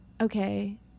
okay